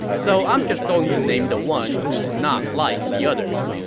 so i'm just going to name the one who's not like the others.